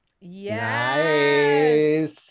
Yes